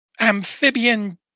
amphibian